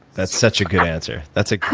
that's such a good answer. that's a